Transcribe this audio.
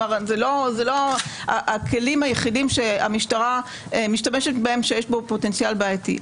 זה לא הכלים היחידים שהמשטרה משתמשת בהם שיש בהם פוטנציאל בעייתי.